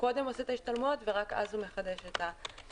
קודם הוא עושה את ההשתלמויות ורק אז הוא מחדש את הרישיון.